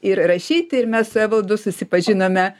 ir rašyti ir mes su evaldu susipažinome